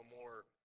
more